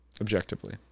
objectively